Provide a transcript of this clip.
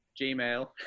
Gmail